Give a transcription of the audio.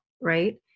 right